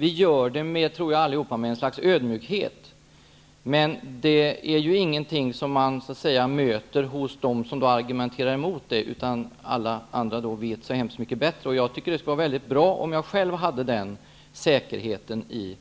Vi tar denna ställning med ett slags ödmjukhet. En dylik ödmjukhet möter man emellertid inte hos dem som argumenterar mot vår inställning. Alla andra vet i stället mycket bättre. Jag tycker det skulle vara bra om jag själv hade denna säkerhet i